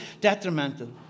detrimental